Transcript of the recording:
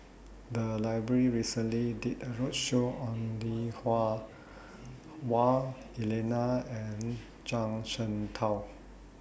The Library recently did A roadshow on Lui Hah Wah Elena and Zhuang Shengtao